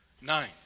Nine